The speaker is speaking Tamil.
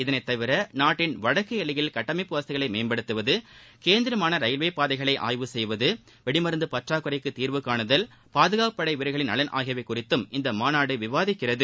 இதுதவிர நாட்டின் வடக்கு எல்லையில் கட்டமைப்பு வசதியை மேம்படுத்துவது கேந்திரமான ரயில்வே பாதைகளை ஆய்வு செய்வது வெடி மருந்து பற்றாக்குறைக்கு தீர்வு கானுதல் பாதுகாப்பு படைவீரர்களின் நலன் ஆகியவை குறித்தும் இந்த மாநாடு விவாதிக்கிறது